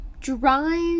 drive